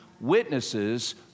witnesses